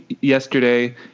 yesterday